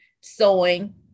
sewing